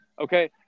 Okay